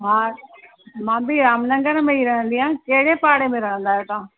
हा मां बि राम नगर में रहंदी आहियां कहिड़े पाड़े में रहंदा आहियो तव्हां